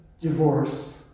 divorce